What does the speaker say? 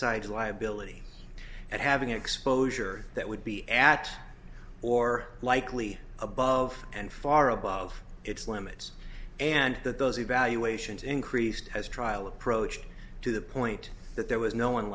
side liability at having exposure that would be at or likely above and far above its limits and that those evaluations increased as trial approach to the point that there was no one